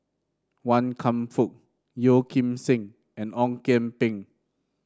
Wan Kam Fook Yeo Kim Seng and Ong Kian Peng